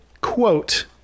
quote